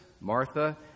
Martha